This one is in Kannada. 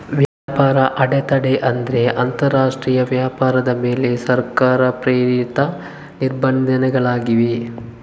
ವ್ಯಾಪಾರ ಅಡೆತಡೆ ಅಂದ್ರೆ ಅಂತರರಾಷ್ಟ್ರೀಯ ವ್ಯಾಪಾರದ ಮೇಲೆ ಸರ್ಕಾರ ಪ್ರೇರಿತ ನಿರ್ಬಂಧಗಳಾಗಿವೆ